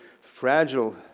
fragile